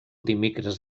dimecres